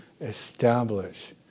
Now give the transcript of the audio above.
establish